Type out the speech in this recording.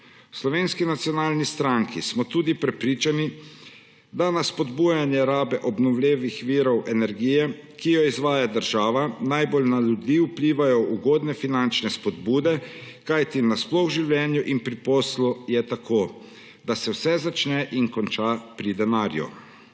Slovenski nacionalni stranki smo tudi prepričani, da na spodbujanje rabe obnovljivih virov energije, ki jo izvaja država, najbolj na ljudi, vplivajo ugodne finančne spodbude, kajti nasploh v življenju in pri poslu je tako, da se vse začne in konča pri denarju.